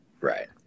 Right